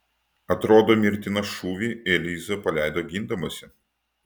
atrodo mirtiną šūvį eliza paleido gindamasi